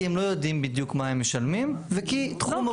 הם לא יודעים בדיוק מה הם משלמים וכי תחום הבריאות --- לא,